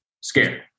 scared